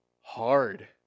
hard